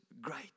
great